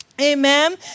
Amen